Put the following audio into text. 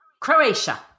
Croatia